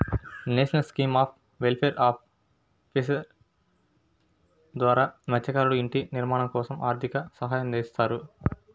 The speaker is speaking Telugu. national scheme of welfare of fishermen ద్వారా మత్స్యకారులకు ఇంటి నిర్మాణం కోసం ఆర్థిక సహాయం అందిస్తారు